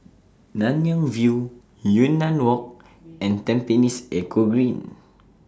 Nanyang View Yunnan Walk and Tampines Eco Green